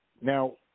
Now